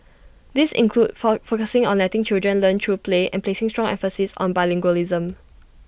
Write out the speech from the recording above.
these include for focusing on letting children learn through play and placing strong emphasis on bilingualism